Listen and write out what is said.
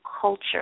culture